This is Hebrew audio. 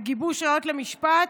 וגיבוש ראיות למשפט,